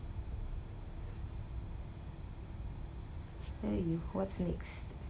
there you what's next